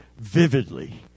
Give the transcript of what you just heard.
Vividly